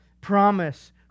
promise